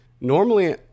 normally